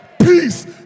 peace